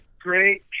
great